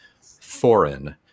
foreign